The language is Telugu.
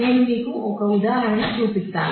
నేను మీకు ఒక ఉదాహరణ చూపిస్తాను